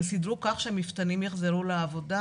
הן סידרו כך שהמפתנים יחזרו לעבודה,